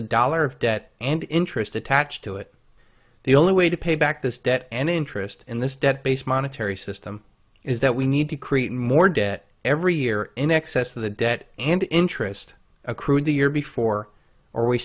a dollar of debt and interest attached to it the only way to pay back this debt and interest in this debt based monetary system is that we need to create more debt every year in excess of the debt and interest accrued the year before or we